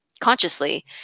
consciously